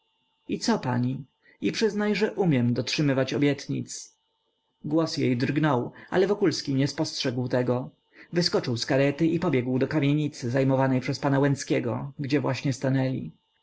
i co pani i przyznaj że umiem dotrzymywać obietnic głos jej drgnął ale wokulski nie spostrzegł tego wyskoczył z karety i pobiegł do kamienicy zajmowanej przez pana łęckiego gdzie właśnie stanęli